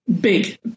big